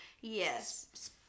yes